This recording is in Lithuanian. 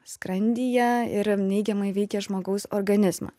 skrandyje ir neigiamai veikia žmogaus organizmą